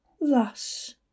thus